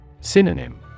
Synonym